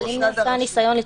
אבל אם נעשה ניסיון,